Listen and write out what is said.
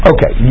Okay